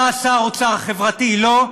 אתה שר אוצר חברתי, לא?